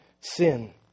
sin